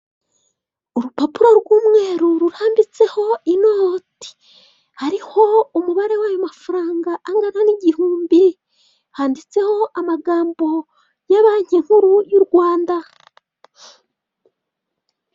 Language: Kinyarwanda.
Urupapuro rw'umweru ruhanditseho inoti, hariho umubare w'ayo mafaranga angana n' igihumbi. Handitseho amagambo ya banki nkuru y'Urwanda.